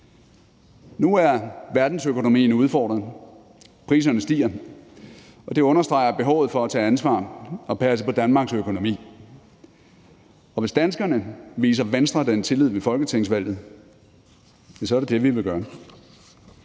Nu er verdensøkonomien udfordret. Priserne stiger. Det understreger behovet for at tage ansvar og passe på Danmarks økonomi. Hvis danskerne viser Venstre den tillid ved folketingsvalget, er det det, vi vil gøre.